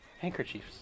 handkerchiefs